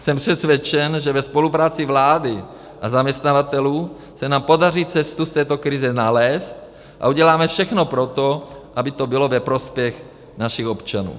Jsem přesvědčen, že ve spolupráci vlády a zaměstnavatelů se nám podaří cestu z této krize nalézt, a uděláme všechno pro to, aby to bylo ve prospěch našich občanů.